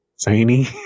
zany